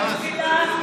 וטבילה?